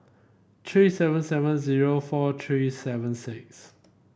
three seven seven zero four three seven six